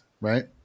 Right